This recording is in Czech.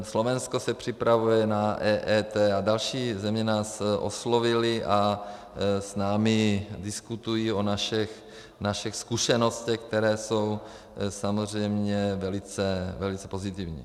Slovensko se připravuje na EET a další země nás oslovily a diskutují s námi o našich zkušenostech, které jsou samozřejmě velice pozitivní.